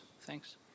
Thanks